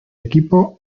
equipo